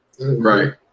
right